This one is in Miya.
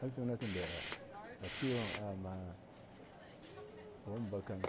Harconakidai atsiwana wanbakam